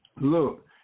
look